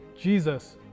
Jesus